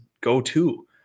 go-to